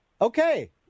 okay